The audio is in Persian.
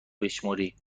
بشمری